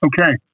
okay